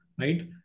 right